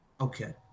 Okay